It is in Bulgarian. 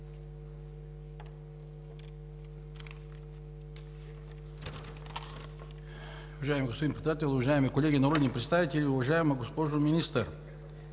Уважаеми господин Председател, уважаеми колеги народни представители! Уважаема госпожо Министър,